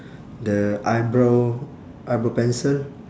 the eyebrow eyebrow pencil